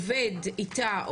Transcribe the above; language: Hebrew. עובד איתה,